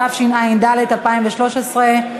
התשע"ד 2013,